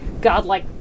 godlike